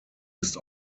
ist